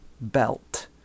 belt